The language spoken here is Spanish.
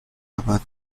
abad